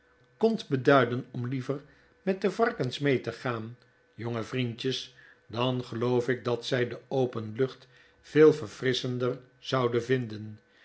kondt beduidenom liever met de varkens mee te gaan jonge vriendjes dan geloof ik dat zij de open lucht veel verfrisschender zouden vinden